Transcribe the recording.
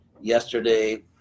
yesterday